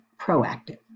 proactive